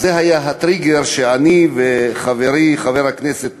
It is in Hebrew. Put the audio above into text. אז זה היה הטריגר לכך שאני וחברי חבר הכנסת